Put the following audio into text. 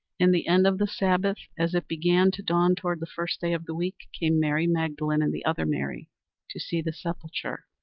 in the end of the sabbath, as it began to dawn toward the first day of the week, came mary magdalene and the other mary to see the sepulchre.